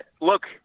look